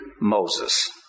Moses